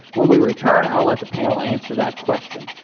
when we return, i will let the panel answer that question.